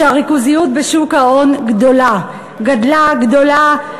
שהריכוזיות בשוק ההון גדולה, גדלה, גדולה.